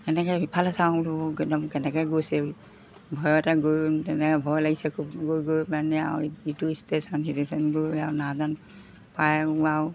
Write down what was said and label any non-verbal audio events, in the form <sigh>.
তেনেকৈ সিফালে চাওঁ একদম কেনেকৈ গৈছে ভয়তে গৈ তেনেকৈ ভয় লাগিছে খুব গৈ গৈ পিনি আৰু ইটো ষ্টেচন <unintelligible> নাওজান পাই আৰু